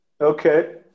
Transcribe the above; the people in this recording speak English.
Okay